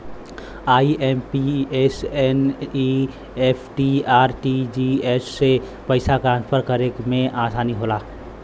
IMPS, NEFT, RTGS से पइसा transfer करे में आसानी होला